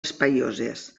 espaioses